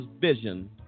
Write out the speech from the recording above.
vision